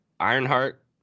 Ironheart